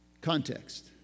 Context